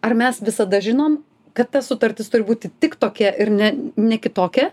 ar mes visada žinom kad ta sutartis turi būti tik tokia ir ne ne kitokia